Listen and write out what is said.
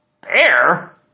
Bear